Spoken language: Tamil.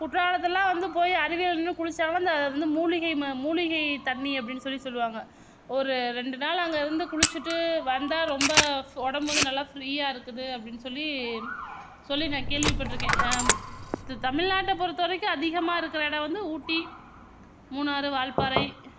குற்றாலத்திலலாம் வந்து போய் அருவியில் நின்று குளித்தாலும் அந்த அது வந்து மூலிகை மூலிகை தண்ணி அப்படினு சொல்லி சொல்லுவாங்க ஒரு ரெண்டு நாள் அங்கே இருந்து குளித்திட்டு வந்தால் ரொம்ப உடம்பு வந்து நல்லா ஃப்ரீயாக இருக்குது அப்படினு சொல்லி சொல்லி நான் கேள்விப்பட்டிருக்கேன் தமிழ்நாட்டை பொறுத்த வரைக்கும் அதிகமாக இருக்கிற இடம் வந்து ஊட்டி மூணாரு வால்பாறை